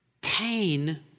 pain